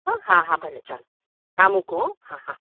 હં હા હા ભલે ચાલો હા મૂકું હોં હા હા